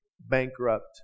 bankrupt